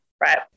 Right